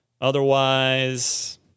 Otherwise